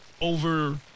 over